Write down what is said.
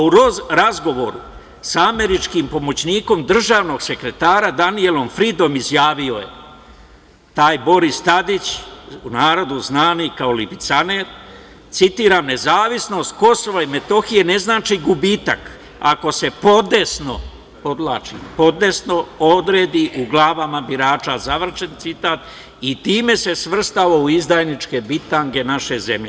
U razgovoru sa američkim pomoćnikom državnog sekretara Danijelom Fridom izjavio je, taj Boris Tadić, u narodu znani kao „lipicaner“: „Nezavisnost Kosova i Metohije ne znači gubitak ako se podesno – podvlačim „podesno“ – odredi u glavama birača“ i time se svrstao u izdajničke bitange naše zemlje.